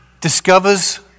discovers